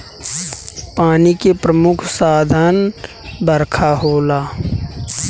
पानी के प्रमुख साधन बरखा होला